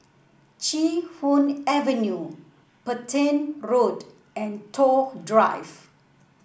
Chee Hoon Avenue Petain Road and Toh Drive